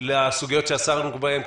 לסוגיות שעסקנו בהן,